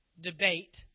debate